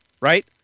right